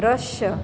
દ્રશ્ય